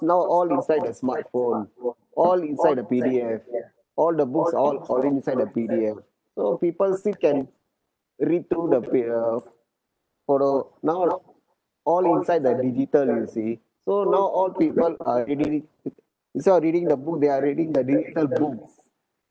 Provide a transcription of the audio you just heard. now all inside the smartphone all inside the P_D_F all the books all all inside the P_D_F so people still can read through the now all inside the digital you see so now all people are reading it instead of reading the book they are reading the digital books